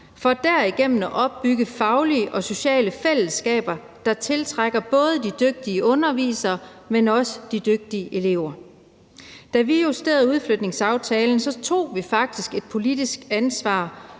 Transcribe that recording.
for derigennem at opbygge faglige og sociale fællesskaber, der tiltrækker både de dygtige undervisere, men også de dygtige elever. Da vi justerede udflytningsaftalen, tog vi faktisk et politisk ansvar